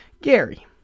Gary